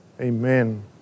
Amen